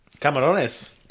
Camarones